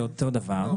וזה אותו דבר.